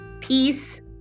peace